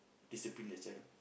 discipline the child